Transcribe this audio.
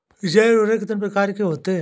जैव उर्वरक कितनी प्रकार के होते हैं?